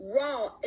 raw